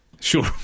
Sure